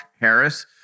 Harris